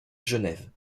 genève